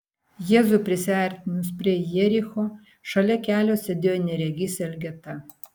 jėzui prisiartinus prie jericho šalia kelio sėdėjo neregys elgeta